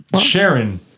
Sharon